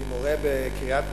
כי מורה בקריית-מלאכי,